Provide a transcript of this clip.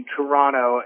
Toronto